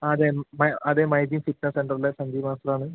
ആ അതെ അതെ മൈജി സിക്ട സെൻ്ററിലെ സഞ്ജയ് മാസ്റ്റർ ആണ്